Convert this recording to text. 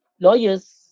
lawyers